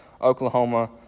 oklahoma